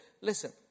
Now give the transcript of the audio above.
Listen